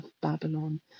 Babylon